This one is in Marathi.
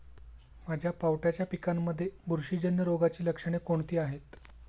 माझ्या पावट्याच्या पिकांमध्ये बुरशीजन्य रोगाची लक्षणे कोणती आहेत?